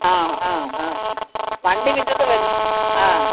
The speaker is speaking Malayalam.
ആ ആ ആ വണ്ടി മിറ്റത്ത് വരും ആ